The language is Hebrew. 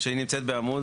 שהיא נמצאת בעמוד,